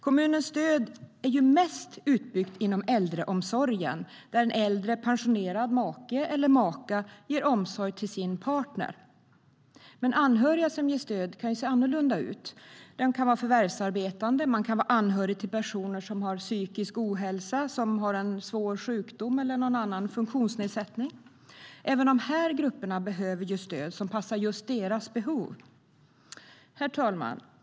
Kommunens stöd är mest utbyggt inom äldreomsorgen, där en äldre pensionerad make eller maka ger omsorg till sin partner. Men anhöriga som ger stöd kan till exempel också vara förvärvsarbetande och anhöriga till personer med psykisk ohälsa, en svår sjukdom eller annan funktionsnedsättning. Även dessa grupper behöver stöd som passar just deras behov. Herr talman!